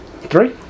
Three